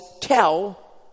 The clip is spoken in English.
tell